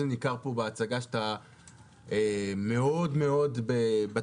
זה ניכר פה בהצגה שאתה מאוד בתפקיד,